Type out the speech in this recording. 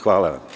Hvala